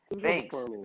Thanks